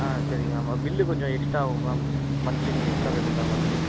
ஆ சரிங்க ma'am bill கொஞ்சம் extra ஆகும் மேம் மந்த்லி நீங்கள் எக்ஸ்டா பே பண்ணுற மாதிரி இருக்கும்